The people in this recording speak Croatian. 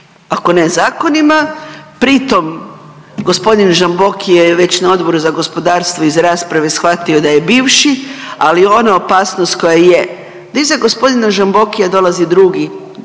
ako ne zakonima. Pritom gospodin Žamboki je već na Odboru za gospodarstvo iz rasprave shvatio da je bivši, ali ona opasnost koja je da iza gospodina Žambokija dolazi drugi